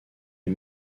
les